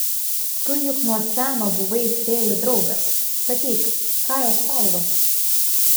tu juk nuo seno buvai fėjų draugas sakyk ką jos valgo